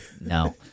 No